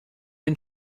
den